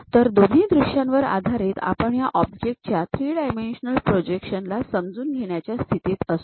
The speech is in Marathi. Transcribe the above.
तर दोन्ही दृश्यांवर आधारित आपण या ऑब्जेक्ट च्या ३ डायमेन्शनल प्रोजेक्शन ला समजून घेण्याच्या स्थितीत असू